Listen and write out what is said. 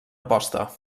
aposta